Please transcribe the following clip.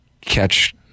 catch